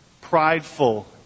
prideful